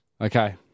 Okay